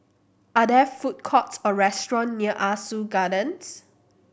are there food courts or restaurant near Ah Soo Gardens